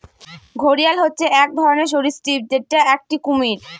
ঘড়িয়াল হচ্ছে এক ধরনের সরীসৃপ যেটা একটি কুমির